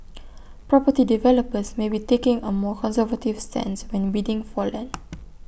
property developers may be taking A more conservative stance when bidding for land